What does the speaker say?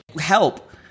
Help